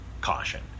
caution